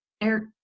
air